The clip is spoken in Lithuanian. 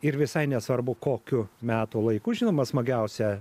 ir visai nesvarbu kokiu metų laiku žinoma smagiausia